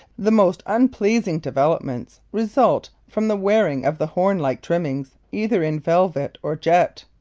the most unpleasing developments result from the wearing of the horn-like trimmings either in velvet or jet.